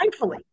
mindfully